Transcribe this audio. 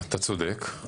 אתה צודק,